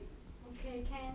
okay can